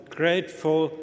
grateful